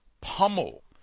pummel